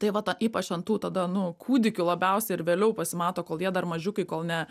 tai va ta ypač ant tų tada nu kūdikių labiausia ir vėliau pasimato kol jie dar mažiukai kol ne